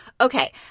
Okay